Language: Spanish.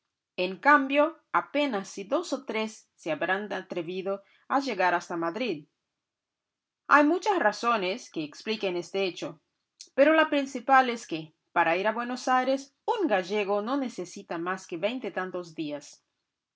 en cambio apenas si dos o tres se habrán atrevido a llegar hasta madrid hay muchas razones que expliquen este hecho pero la principal es que para ir a buenos aires un gallego no necesita más que veintitantos días